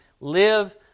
live